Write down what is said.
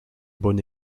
bon